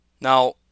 Now